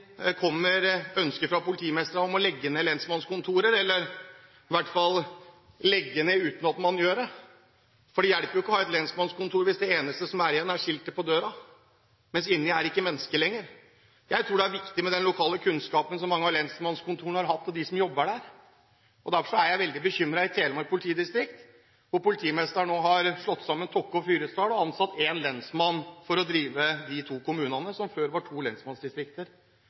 det stadig kommer ønsker fra politimestre om å legge ned lensmannskontorer, eller «legge ned» uten at man gjør det, for det hjelper jo ikke å ha et lensmannskontor hvis det eneste som er igjen, er skiltet på døra – for inne er det ikke mennesker lenger. Jeg tror det er viktig med den lokale kunnskapen som er på mange av lensmannskontorene, hos dem som jobber der. Derfor er jeg veldig bekymret. I Telemark politidistrikt har politimesteren nå slått sammen Tokke og Fyresdal og ansatt én lensmann i de kommunene, som før var to lensmannsdistrikter